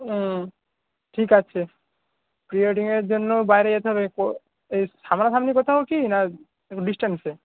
ঠিক আছে প্রি ওয়েডিংয়ের জন্য বাইরে যেতে হবে কো এই সামনাসামনি কোথাও কি না একটু ডিসটেন্সে